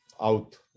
out